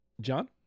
John